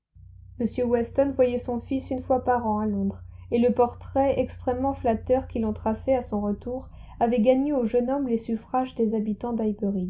m weston voyait son fils une fois par an à londres et le portrait extrêmement flatteur qu'il en traçait à son retour avait gagné au jeune homme les suffrages des habitants